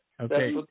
okay